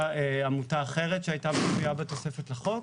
עמותה אחרת שהייתה מופיעה בתוספת לחוק,